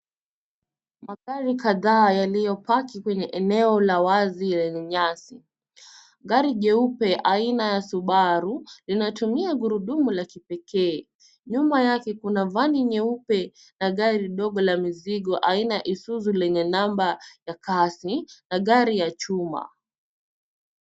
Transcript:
Magari kadhaa yaliyopaki kwenye eneo la wazi yenye nyasi. Gari nyeupe haina ya Subaru linatumia gurudumu la kipekee. Nyuma yake kuna vani nyeupe na gari ndogo la mizigo aina ya Isuzu lenye namba ya kazi na gari ya chuma.